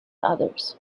others